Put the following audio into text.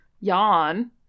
yawn